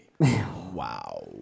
Wow